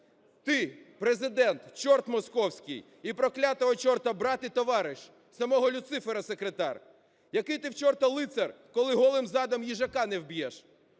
Ти, президент, чорт московський і проклятого чорта брат і товариш, самого Люцифера секретар! Який ти в чорта лицар, коли голим задом їжака не вб'єш?